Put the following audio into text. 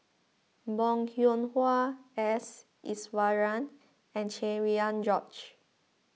Bong Hiong Hwa S Iswaran and Cherian George